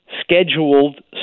scheduled